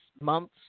months